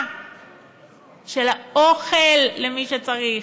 של התעסוקה, של האוכל, למי שצריך?